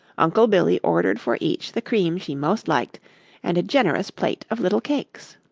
uncle billy ordered for each the cream she most liked and a generous plate of little cakes.